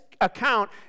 account